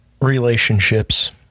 relationships